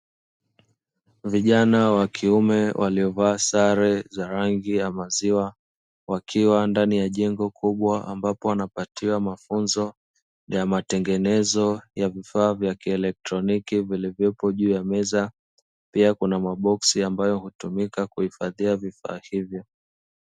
Vijana wa kuime waliovaa sare za rangi ya maziwa ndani ya jengo kubwa ambapo wanapatiwa mafunzo ya matengenezo ya vifaa vya kieletroniki vilivyopo juu ya meza, pia kuna maboksi ambayo hutumika kuhifadhi vifaa hivyo.